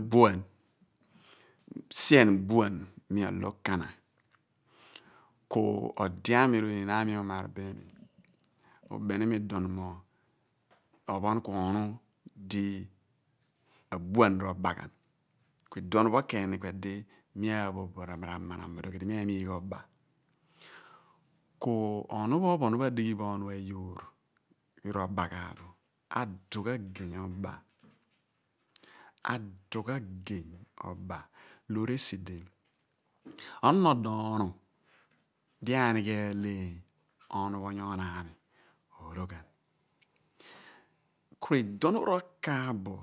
Buan sien buan mi olo okana, ku ode ami r'oniin ami uumar bo imi ubeni ni imi mo opon ku ohun di abuan r'oba ghan ku iduom pho ken ku idi mi aaru bo r'amanam ku ohunu pho phon adighi bo ohun ayoor yoor r'abo ghan bo adugh ageny oba adugh ageny oba loor esi di onon odo ohnu di anighe ahleeny ro kaaph bo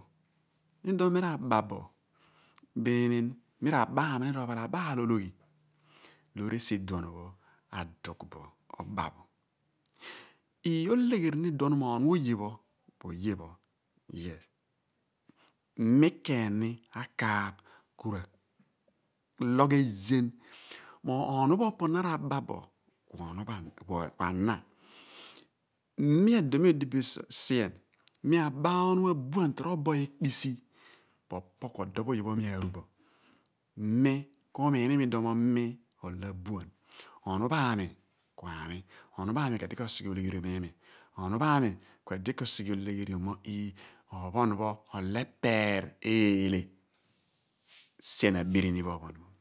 r'abaano ni ro ophalabaal ologhi loor esi iduom pho adugh bo aba pho ii olegheri ni iduon mo ohnu oye pho po oye pho mi keeni akaaph ku r'alogh ezen mo mi iduon mi odi sien mi aba ahnu abuan toroobo ekpisi po opo ku odo pho oye pho mi aaru bi mi ku miin imi iduom mo mi ola abuan annu aami ke aami uulegheriom imi ohnu pho aami ku edi lk'osigh oleghr om mu opon pho olo oprsr eela sien pho opon pho